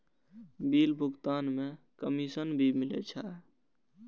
Bill भुगतान में commission भी मिले छै?